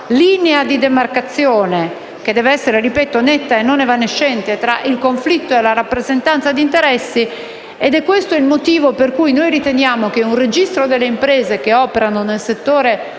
linea di demarcazione - ripeto che deve essere netta e non evanescente - tra il conflitto e la rappresentanza di interessi. Ed è questo il motivo per cui riteniamo che un registro delle imprese operanti nel settore della